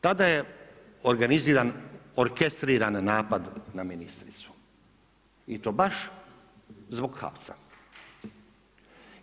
Tada je organiziran orkestriran napad na ministricu i to baš zbog HAVC-a.